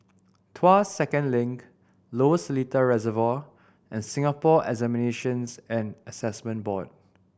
Tuas Second Link Lower Seletar Reservoir and Singapore Examinations and Assessment Board